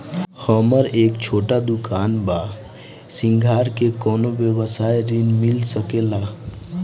हमर एक छोटा दुकान बा श्रृंगार के कौनो व्यवसाय ऋण मिल सके ला?